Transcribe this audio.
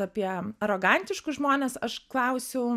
apie arogantiškus žmones aš klausiau